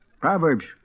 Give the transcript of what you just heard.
Proverbs